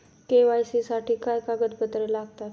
KYC साठी काय कागदपत्रे लागतात?